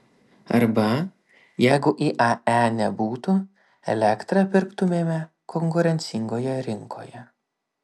arba jeigu iae nebūtų elektrą pirktumėme konkurencingoje rinkoje